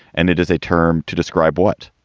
and it is a term to describe what.